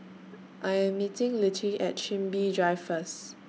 I Am meeting Littie At Chin Bee Drive First